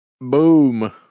Boom